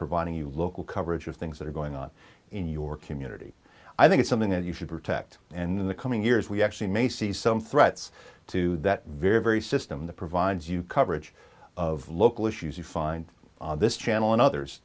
providing you local coverage of things that are going on in your community i think it's something that you should protect in the coming years we actually may see some threats to that very very system that provides you coverage of local issues you find this channel and others